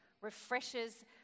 refreshes